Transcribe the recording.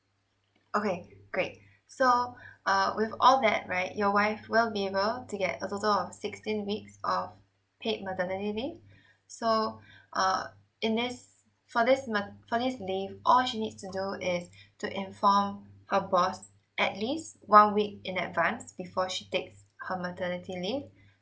okay great so uh with all that right your wife will be able to get a total of sixteen weeks of paid maternity leave so err in this for this ma~ for this leave all she needs to do is to inform her boss at least one week in advance before she takes her maternity leave